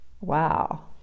wow